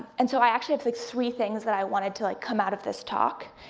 and so i actually have like three things that i wanted to come out of this talk.